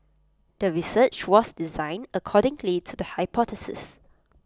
the research was designed accordingly to the hypothesis